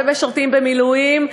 ומשרתים במילואים,